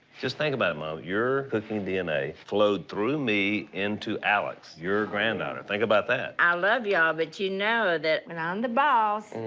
just think about it, mom. your cooking dna flowed through me into alex, your granddaughter. think about that. i love y'all, but you know that when i'm the boss. and